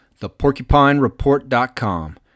theporcupinereport.com